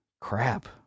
crap